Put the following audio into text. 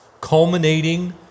culminating